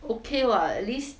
okay what at least